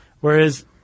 Whereas